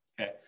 Okay